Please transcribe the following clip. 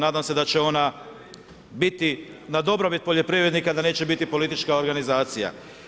Nadam se da će ona biti na dobrobit poljoprivrednika i da neće biti politička organizacija.